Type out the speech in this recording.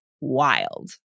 wild